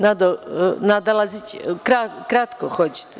Nada Lazić, kratko hoćete?